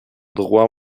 droit